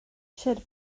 sir